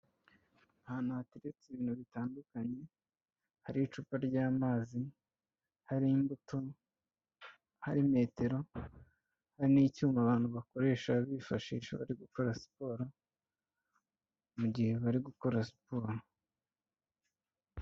Ahantu hategeretse ibintu bitandukanye, hari icupa ry'amazi, hari imbuto, hari metero, hari n'icyuma abantu bakoresha bifashisha bari gukora siporo, mu gihe bari gukora siporo.